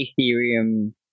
Ethereum